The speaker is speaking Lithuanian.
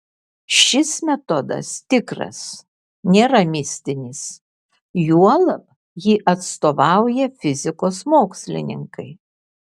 šis metodas tikras nėra mistinis juolab jį atstovauja fizikos mokslininkai